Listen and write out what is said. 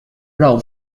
prou